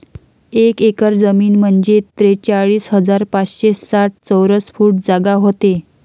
एक एकर जमीन म्हंजे त्रेचाळीस हजार पाचशे साठ चौरस फूट जागा व्हते